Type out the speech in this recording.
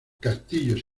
castillos